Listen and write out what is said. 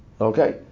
Okay